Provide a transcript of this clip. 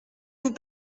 vous